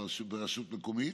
ברשות מקומית,